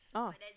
oh